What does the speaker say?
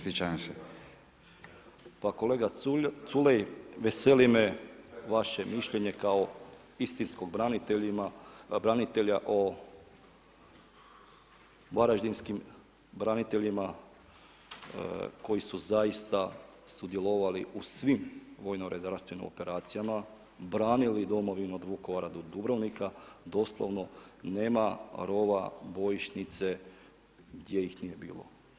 Pa kolega Culej, veseli me vaše mišljenje kao istinskog branitelja o varaždinskim braniteljima koji su zaista sudjelovali u svim vojno-redarstvenim operacijama, branili domovinu od Vukovara do Dubrovnika, doslovno, nema rova, bojišnice gdje ih nije bilo.